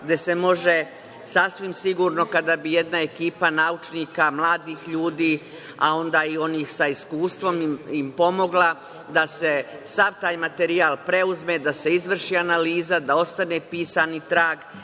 gde se može sasvim sigurno kada bi jedna ekipa naučnika, mladih ljudi, a onda i onih sa iskustvom im pomogli da se sav taj materijal preuzme, da se izvrši analiza, da ostane pisani trag